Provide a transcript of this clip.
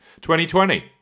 2020